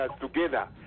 together